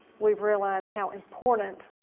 we've realized how important